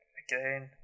again